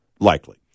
likely